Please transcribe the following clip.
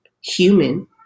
human